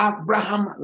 Abraham